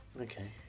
Okay